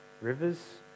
rivers